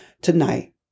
tonight